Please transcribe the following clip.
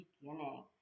beginning